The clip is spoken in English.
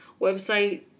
website